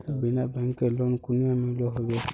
बिना बैंकेर लोन कुनियाँ मिलोहो होबे?